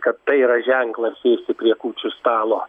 kad tai yra ženklas sėsti prie kūčių stalo